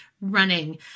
running